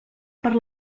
per